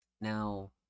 Now